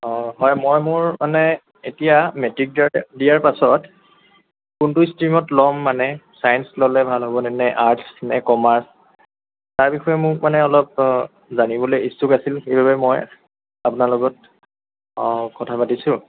অ হয় মই মোৰ মানে এতিয়া মেট্ৰিক দিয়া দিয়াৰ পাছত কোনটো ষ্ট্ৰীমত ল'ম মানে ছায়েঞ্চ ল'লে ভাল হ'বনে নে আৰ্টচ নে কমাৰ্চ ইয়াৰ বিষয়ে মোক মানে অলপ জানিবলৈ ইচ্ছুক আছিলোঁ সেইবাবে মই আপোনাৰ লগত কথা পাতিছোঁ